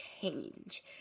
change